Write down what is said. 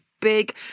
big